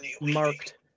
marked